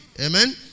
Amen